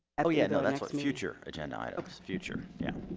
oh yeah no that's what future agenda items future yeah